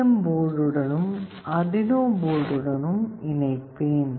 M போர்டுடனும் அர்டுயினோ போர்டுடனும் இணைப்பேன்